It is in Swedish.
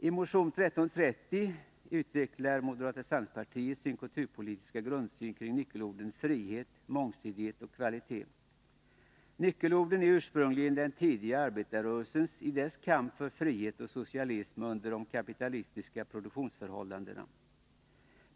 I motion 1330 utvecklar moderata samlingspartiet sin kulturpolitiska grundsyn kring nyckelorden frihet, mångsidighet och kvalitet. Nyckelorden är ursprungligen den tidiga arbetarrörelsens i dess kamp för frihet och socialism under de kapitalistiska produktionsförhållandena.